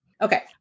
Okay